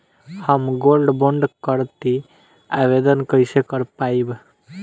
हम gold bond करतिं आवेदन कइसे कर पाइब?